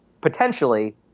potentially